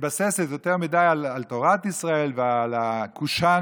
מתבססת יותר מדי על תורת ישראל ועל הקושאן,